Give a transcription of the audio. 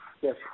Yes